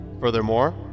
Furthermore